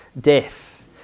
death